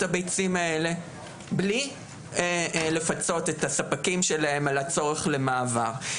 הביצים האלה בלי לפצות את הספקים שלהם על הצורך למעבר,